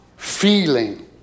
feeling